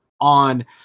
on